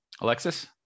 Alexis